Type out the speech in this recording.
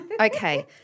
Okay